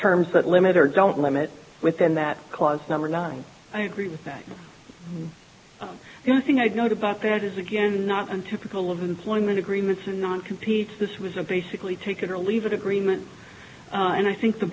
terms that limit or don't limit within that clause number line i agree with that you think i'd note about that is again not untypical of employment agreements and not compete this was a basically take it or leave it agreement and i think the